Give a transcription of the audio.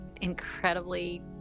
incredibly